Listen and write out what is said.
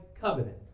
covenant